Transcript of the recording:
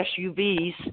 SUVs